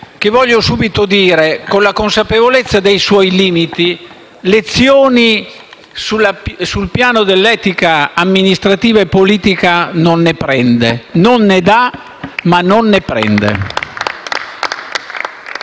lo voglio subito dire - con la consapevolezza dei suoi limiti, sul piano dell'etica amministrativa e politica non dà lezioni, ma non ne prende.